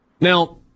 Now